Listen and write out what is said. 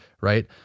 right